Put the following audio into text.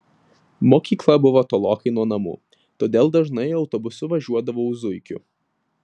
mokykla buvo tolokai nuo namų todėl dažnai autobusu važiuodavau zuikiu